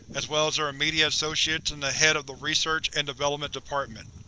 as well as their immediate associates and the head of the research and development department.